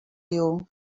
you